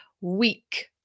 week